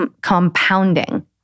compounding